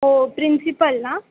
हो प्रिन्सिपल ना